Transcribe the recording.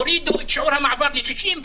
הורידו את שיעור המעבר ל-60,